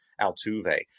Altuve